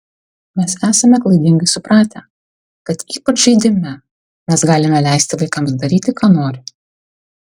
mes esame klaidingai supratę kad ypač žaidime mes galime leisti vaikams daryti ką nori